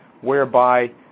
whereby